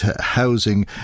housing